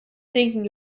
thinking